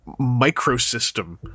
microsystem